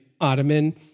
Ottoman